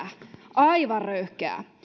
aivan röyhkeää